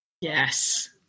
Yes